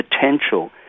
potential